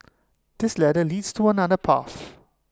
this ladder leads to another path